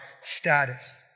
status